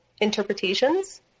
interpretations